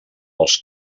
els